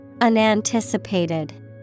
Unanticipated